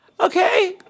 Okay